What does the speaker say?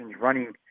running